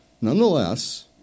Nonetheless